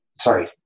sorry